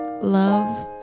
love